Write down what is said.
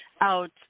out